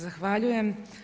Zahvaljujem.